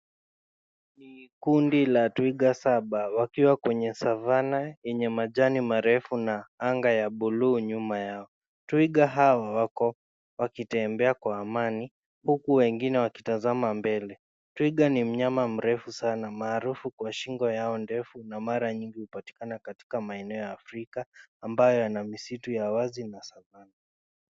Ni kundi la twiga saba wakiwa kwenye savanna yenye majani marefu na anga ya blue nyuma yao. Twiga hawa wako wakitembea kwa amani huku wengine wakitazama mbele. Twiga ni mnyama mrefu sana maarufu kwa shingo yao ndefu na mara nyingi hupatikana katika maeneo ya Afrika ambayo yana misitu ya wazi na savanna .